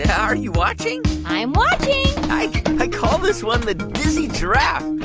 are you watching? i'm watching i i call this one the dizzy giraffe.